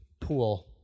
pool